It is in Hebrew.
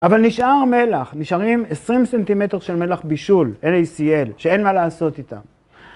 אבל נשאר מלח, נשארים 20 סנטימטר של מלח בישול, NACL, שאין מה לעשות איתה.